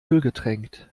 ölgetränkt